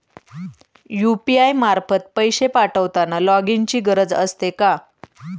UPI मार्फत पैसे पाठवताना लॉगइनची गरज असते का?